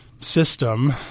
system